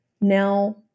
now